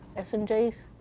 s and j's.